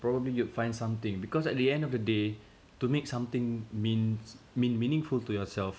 probably you'd find something because at the end of the day to make something means mean meaningful to yourself